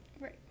Right